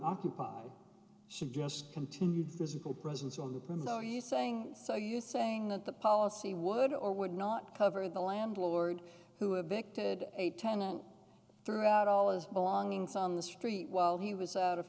occupied should just continued physical presence on the print no you saying so you're saying that the policy would or would not cover the landlord who had victimhood a tenant throughout all his belongings on the street while he was out of